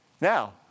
Now